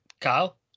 Kyle